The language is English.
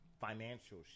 financial